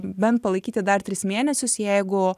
bent palaikyti dar tris mėnesius jeigu